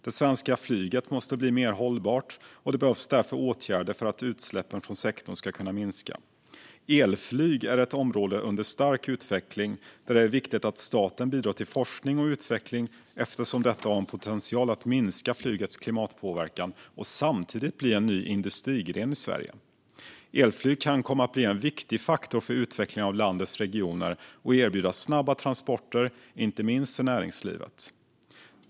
Det svenska flyget måste bli mer hållbart. Det behövs därför åtgärder för att utsläppen från sektorn ska kunna minska. Elflyg är ett område under stark utveckling. Det är viktigt att staten bidrar till forskning och utveckling, eftersom elflyget har en potential att minska flygets klimatpåverkan och samtidigt bli en ny industrigren i Sverige. Elflyg kan komma att bli en viktig faktor för utvecklingen av landets regioner och erbjuda snabba transporter för inte minst näringslivet.